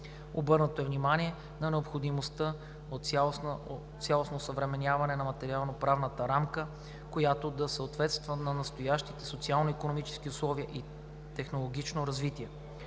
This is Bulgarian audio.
Обърнато е внимание на необходимостта от цялостно осъвременяване на материалноправната рамка, която да съответства на настоящите социално-икономически условия и технологично развитие.